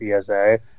PSA